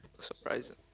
surprising